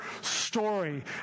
story